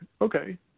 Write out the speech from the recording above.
okay